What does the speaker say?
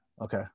okay